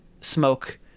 smoke